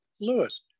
Lewis